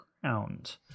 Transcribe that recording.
ground